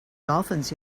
dolphins